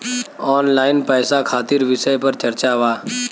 Online पैसा खातिर विषय पर चर्चा वा?